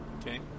Okay